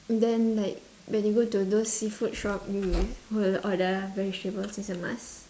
then like when you go to those seafood shop you will order vegetables it's a must